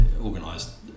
organised